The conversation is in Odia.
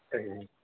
ଆଜ୍ଞା ଆଜ୍ଞା